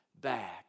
back